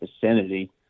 vicinity